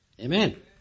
Amen